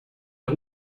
der